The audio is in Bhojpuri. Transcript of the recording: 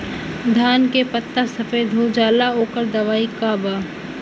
धान के पत्ता सफेद हो जाला ओकर दवाई का बा?